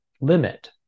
limit